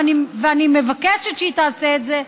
ואני מבקשת שהיא תעשה את זה.